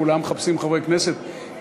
הם כולם מחפשים חברי כנסת.